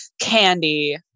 candy